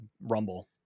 rumble